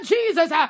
Jesus